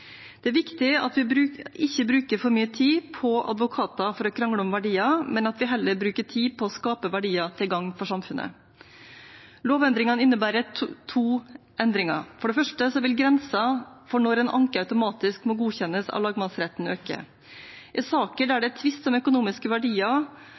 Det er viktig at vi ikke bruker for mye tid på advokater for å krangle om verdier, men at vi heller bruker tid på å skape verdier til gagn for samfunnet. Lovendringene innebærer to endringer. For det første vil grensen for når en anke automatisk må godkjennes av lagmannsretten, øke. I saker der